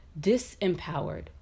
disempowered